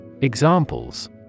Examples